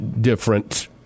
different